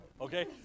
okay